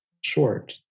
short